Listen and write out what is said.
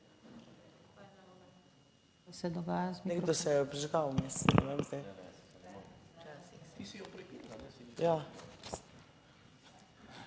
Hvala